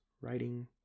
writing